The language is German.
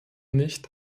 nicht